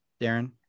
darren